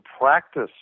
practice